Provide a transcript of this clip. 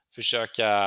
Försöka